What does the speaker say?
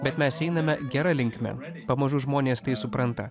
bet mes einame gera linkme pamažu žmonės tai supranta